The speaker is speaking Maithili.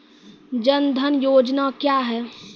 जन धन योजना क्या है?